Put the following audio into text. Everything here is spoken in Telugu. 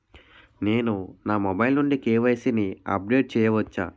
నేను నా మొబైల్ నుండి కే.వై.సీ ని అప్డేట్ చేయవచ్చా?